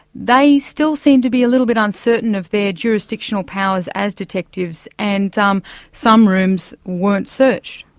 they still seemed to be a little bit uncertain of their jurisdictional powers as detectives and um some rooms weren't searched.